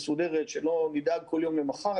מסודרת ושלא נדאג כל יום למחר,